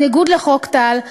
בניגוד לחוק טל,